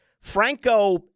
Franco